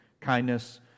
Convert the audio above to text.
kindness